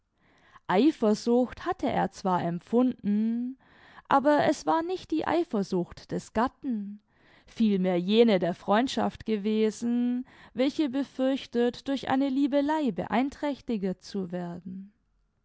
eifersucht hatte er zwar empfunden aber es war nicht die eifersucht des gatten vielmehr jene der freundschaft gewesen welche befürchtet durch eine liebelei beeinträchtiget zu werden